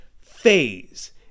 phase